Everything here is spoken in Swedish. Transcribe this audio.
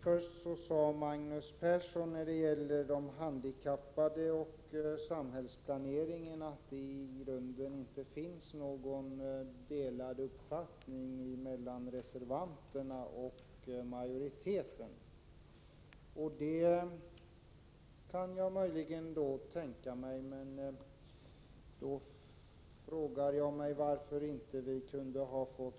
Först sade Magnus Persson att det i grunden inte finns några delade meningar mellan reservanterna och majoriteten när det gäller de handikappade och samhällsplaneringen. Det kan jag möjligen tänka mig, men då frågar jag mig varför vi inte kunde ha fått